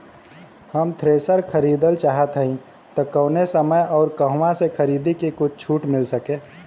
हम थ्रेसर खरीदल चाहत हइं त कवने समय अउर कहवा से खरीदी की कुछ छूट मिल सके?